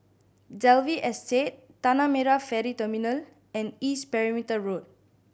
Dalvey Estate Tanah Merah Ferry Terminal and East Perimeter Road